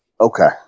Okay